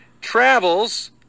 travels